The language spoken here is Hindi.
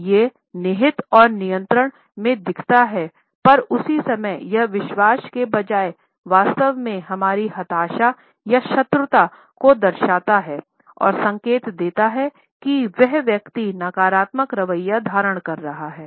यह निहित और नियंत्रण में दिखता है पर उसी समय यह विश्वास के बजाय वास्तव में हमारी हताशा या शत्रुता को दर्शाता है और संकेत देता है कि वह व्यक्ति नकारात्मक रवैया धारण कर रहा है